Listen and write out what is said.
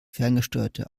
ferngesteuerte